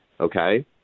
Okay